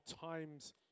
time's